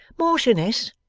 marchioness,